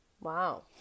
Wow